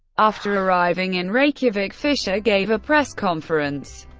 after arriving in reykjavik, fischer gave a press conference.